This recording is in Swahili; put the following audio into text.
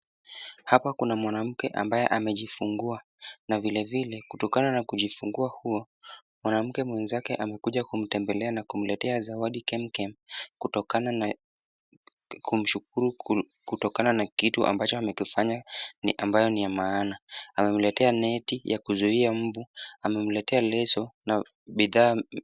Hapa kuna mwanamke ambaye amejifungua na vilevile kutokana na kujifungua huo, mwanamke mwenzake amekuja kumtembelea na kumletea zawadi kemukemu kutokana kumshukuru kutokana na kitu ambacho amekifanya ambayo ni ya maana. Amemletea neti ya kuzuia mbu, amemletea leso na bidhaa...